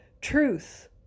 truth